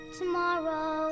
tomorrow